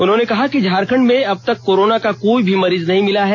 उन्होंने कहा कि झारखंड में अब तक कोरोना का कोई भी मरीज नहीं मिला है